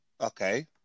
Okay